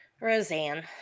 Roseanne